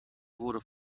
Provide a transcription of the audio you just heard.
wurde